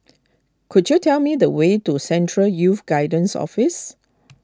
could you tell me the way to Central Youth Guidance Office